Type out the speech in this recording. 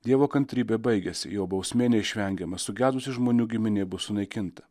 dievo kantrybė baigiasi jo bausmė neišvengiama sugedusi žmonių giminė bus sunaikinta